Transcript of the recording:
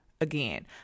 Again